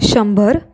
शंभर